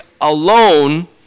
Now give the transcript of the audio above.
alone